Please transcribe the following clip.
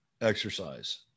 exercise